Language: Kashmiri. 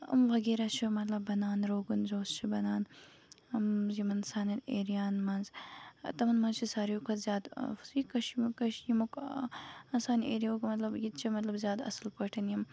وغیرہ چھِ مطلب بَنان روگن جوش چھُ بَنان یِمن سانین ایریاہَن منٛز تِمَن منٛز چھُ سارویو کھۄتہٕ زیادٕ سُے سانہِ ایریہُک مطلب ییٚتہِ چھُ زیادٕ اَصل پٲٹھۍ یِم